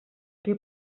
qui